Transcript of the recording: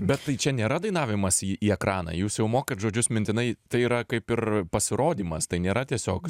bet tai čia nėra dainavimas į į ekraną jūs jau mokat žodžius mintinai tai yra kaip ir pasirodymas tai nėra tiesiog